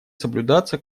соблюдаться